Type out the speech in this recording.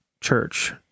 church